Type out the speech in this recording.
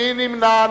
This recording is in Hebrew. מי נמנע?